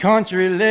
Country